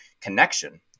connection